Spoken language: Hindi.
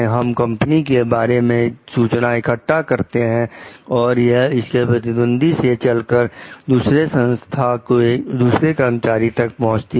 हम कंपनी के बारे में सूचना इकट्ठा करते हैं और यह इसके प्रतिद्वंदी से चलकर दूसरे संस्था के दूसरे कर्मचारी तक पहुंचती है